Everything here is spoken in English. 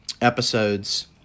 episodes –